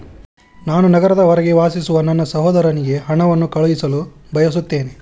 ನಾನು ನಗರದ ಹೊರಗೆ ವಾಸಿಸುವ ನನ್ನ ಸಹೋದರನಿಗೆ ಹಣವನ್ನು ಕಳುಹಿಸಲು ಬಯಸುತ್ತೇನೆ